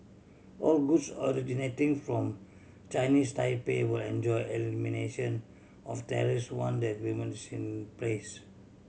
all goods originating from Chinese Taipei will enjoy elimination of tariffs once the agreement is in place